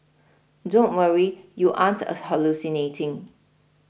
don't worry you aren't hallucinating